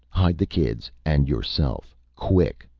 hide the kids. and yourself. quick.